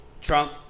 Trump